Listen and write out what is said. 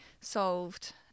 solved